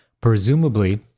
presumably